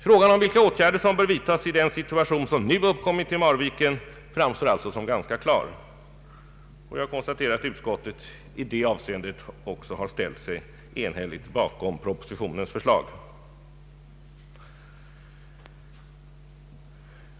Frågan om vilka åtgärder som skall vidtas i den situation som nu uppkommit i Marviken framstår som ganska klar, och jag konstaterar att utskottet i det avseendet också ställt sig enhälligt bakom propositionens förslag.